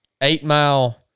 eight-mile